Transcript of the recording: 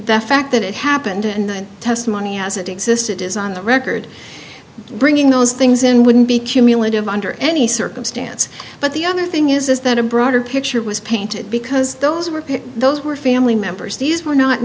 the fact that it happened and the testimony as it existed is on the record bringing those things in wouldn't be cumulative under any circumstance but the other thing is is that a broader picture was painted because those were picked those were family members these were not